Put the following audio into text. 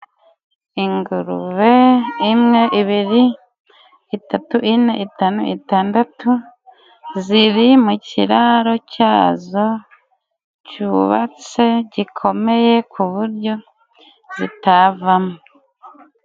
Ingurube imwe, ibiri, itatu, ine, itanu, itandatu ziri mu kiraro cyazo cyubatse, gikomeye ku buryo zitavamo.